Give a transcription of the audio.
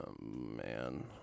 man